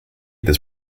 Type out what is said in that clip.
this